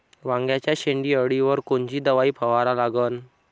वांग्याच्या शेंडी अळीवर कोनची दवाई फवारा लागन?